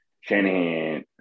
Shanahan